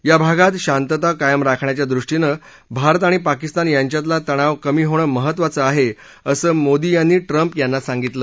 या भागात शांतता कायम राखण्याच्या दृष्टीनं भारत आणि पाकिस्तान यांच्यातला तणाव कमी होणं महत्त्वाचं आहे असं मोदी यांनी ट्रम्प यांना सांगितलं